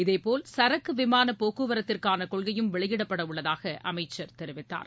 இதேபோல் சரக்கு விமான போக்குவரத்திற்கான கொள்கையும் வெளியிடப்பட உள்ளதாக அமைச்சர் தெரிவித்தார்